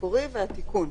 המקורי והתיקון.